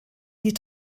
die